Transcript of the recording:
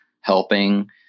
helping